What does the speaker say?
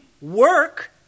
work